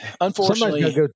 unfortunately